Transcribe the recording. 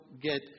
get